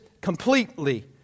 completely